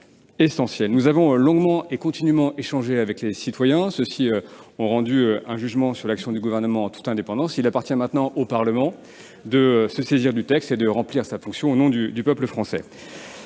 essentielle. Nous avons longuement et continûment échangé avec les citoyens. Ceux-ci ont rendu un jugement sur l'action du Gouvernement, en toute indépendance. Il appartient maintenant au Parlement de se saisir du texte et de remplir sa fonction, au nom du peuple français.